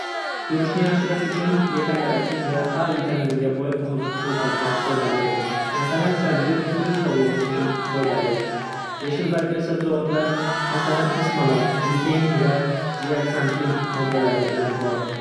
Ko'rishni yaxshilash uchun beta-karotin va A vitaminiga boy oziq-ovqatlar foydalidir. Masalan, sabzi ko'z sog'lig'i uchun foydali. Yashil bargli sabzavotlar, masalan, ismaloq, lutein va zeaksantin moddalari bilan boy.